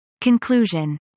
Conclusion